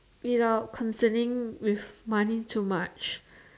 without considering with money too much